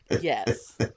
Yes